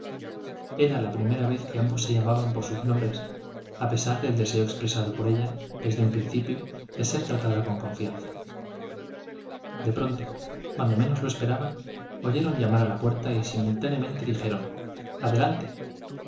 era la primera vez que ambos se llamaban por sus nombres á pesar del deseo expresado por ella desde de tratada confianza un principio ser con de pronto cuando menos lo esperaban oyeron llamar á la puerta y simultáneamente dijeron adelante